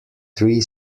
three